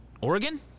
Oregon